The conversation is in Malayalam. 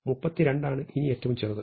32 ആണ് ഇനി ഏറ്റവും ചെറുത്